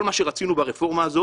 כל מה שרצינו ברפורמה הזו